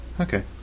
Okay